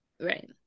Right